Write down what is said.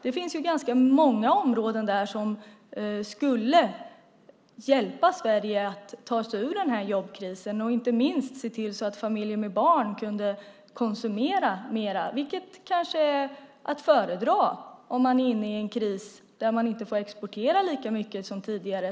Det finns ju ganska många områden där som skulle hjälpa Sverige att ta sig ur den här jobbkrisen och inte minst se till så att familjer med barn kunde konsumera mer, vilket kanske är att föredra om man är inne i en kris där man inte får exportera lika mycket som tidigare.